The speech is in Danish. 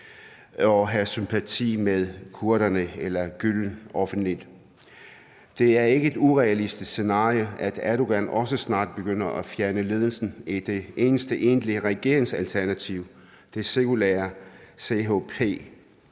at have sympati for kurderne eller Gülen offentligt. Det er ikke et urealistisk scenarie, at Erdogan også snart begynder at fjerne ledelsen i det eneste egentlige regeringsalternativ, det sekulære CHP.